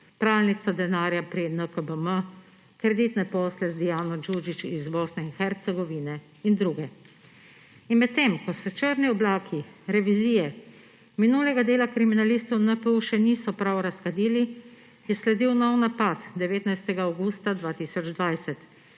pralnica denarja pri NKBM, kreditne posle z Dijano Đuđić iz Bosne in Hercegovine in druge. In medtem ko se črni oblaki revizije minulega dela kriminalistov NPU še niso prav razkadili, je sledil nov napad 19. avgusta 2020,